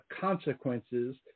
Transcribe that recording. consequences